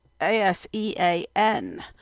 ASEAN